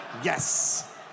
Yes